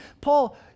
Paul